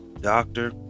doctor